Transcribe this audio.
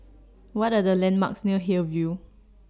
What Are The landmarks near Hillview